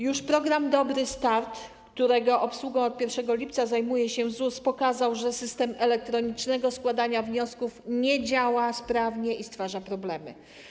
Już program „Dobry start”, którego obsługą od 1 lipca zajmuje się ZUS, pokazał, że system elektronicznego składania wniosków nie działa sprawnie i stwarza problemy.